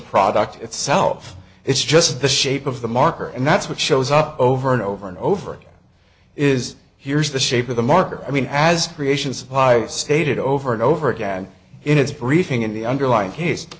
product itself it's just the shape of the marker and that's what shows up over and over and over again is here's the shape of the marker i mean as creations stated over and over again in his briefing in the underlying cas